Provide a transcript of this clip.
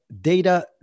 data